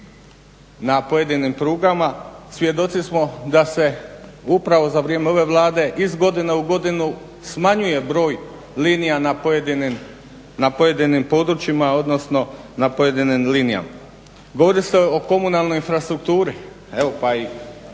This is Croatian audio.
na pojedinim prugama, svjedoci smo da se upravo za vrijeme ove vlade iz godine u godinu smanjuje broj linija na pojedinim područjima odnosno na pojedinim linijama. Govorili ste o komunalnoj infrastrukturi evo pa i